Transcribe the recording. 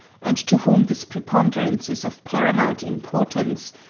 and to whom this preponderance is of paramount importance,